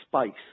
space